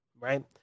right